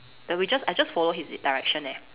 that we just I just follow his direction leh